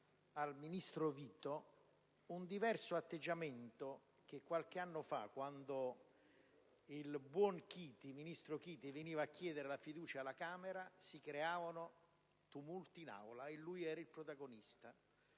al ministro Vito il diverso atteggiamento di qualche anno fa: quando il buon ministro Chiti veniva a chiedere la fiducia alla Camera, si creavano tumulti in Aula, e lui ne era il protagonista.